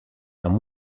amb